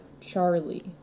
Charlie